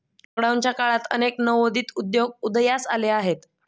लॉकडाऊनच्या काळात अनेक नवोदित उद्योजक उदयास आले आहेत